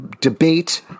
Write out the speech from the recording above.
debate